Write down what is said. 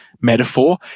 metaphor